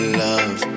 love